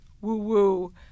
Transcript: woo-woo